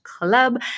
club